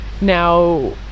now